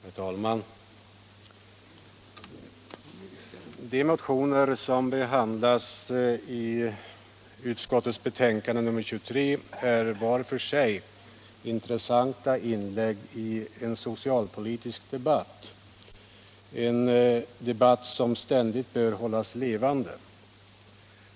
Herr talman! De motioner som behandlas i socialutskottets betänkande nr 23 är var för sig intressanta inlägg i en socialpolitisk debatt som ständigt bör hållas levande.